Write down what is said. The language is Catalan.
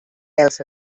els